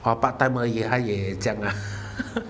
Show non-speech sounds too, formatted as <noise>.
hor part timer 而已他也这样啊 <laughs>